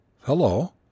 Hello